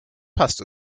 passt